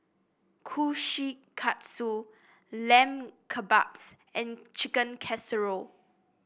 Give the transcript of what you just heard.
Kushikatsu Lamb Kebabs and Chicken Casserole